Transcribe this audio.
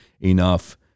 enough